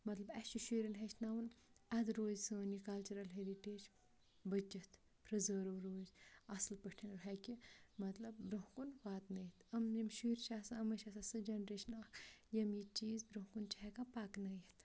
مطلب اَسہِ چھِ شُرٮ۪ن ہیٚچھناوُن اَدٕ روزِ سٲنۍ یہِ کَلچرَل ہٮ۪رِٹیج بٔچِتھ پِرٛزٔرٕو روٗزِ اَصٕل پٲٹھۍ ہیٚکہِ مطلب برونٛہہ کُن واتنٲوِتھ یِم یِم شُرۍ چھِ آسان یِمَن چھِ آسان سُہ جَنریشَن اَکھ یِم یہِ چیٖز برونٛہہ کُن چھِ ہٮ۪کان پَکنٲیِتھ